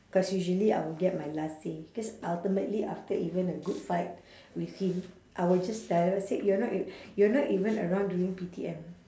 cause usually I will get my last say cause ultimately after even a good fight with him I will just say you're not e~ you're not even around during P_T_M